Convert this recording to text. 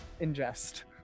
ingest